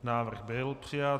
Návrh byl přijat.